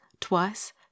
twice